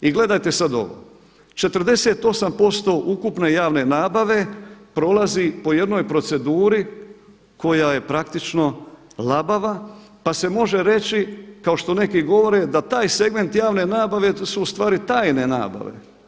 I gledajte sad ovo, 48% ukupne javne nabave prolazi po jednoj proceduri koja je praktično labava pa se može reći kao što neki govore da taj segment javne nabave su ustvari tajne nabave.